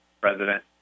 president